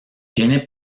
tiene